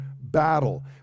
battle